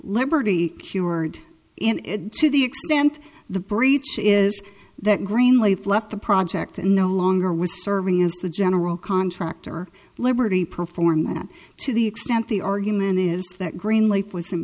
liberty humored in it to the extent the breach is that greenleaf left the project and no longer was serving as the general contractor liberty perform that to the extent the argument is that greenleaf was in